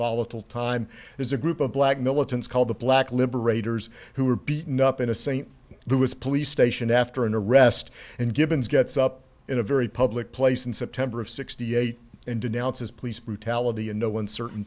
volatile time there's a group of black militants called the black liberators who were beaten up in a st louis police station after an arrest and givens gets up in a very public place in september of sixty eight and denounces police brutality in no uncertain